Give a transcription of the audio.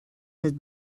had